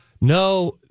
No